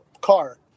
car